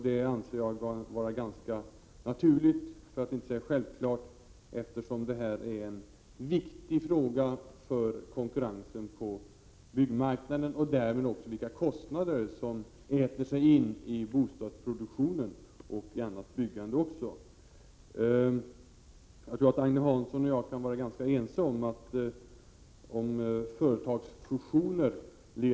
Jag anser det vara ganska naturligt, för att inte säga självklart, eftersom detta är en viktig fråga för konkurrensen på byggmarknaden och därmed också för vilka kostnader som så att säga äter sig in i bostadsproduktionen och även annat byggande. Om företagsfusioner leder till konkurrensbegränsningar, är det någonting man måste motverka.